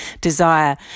desire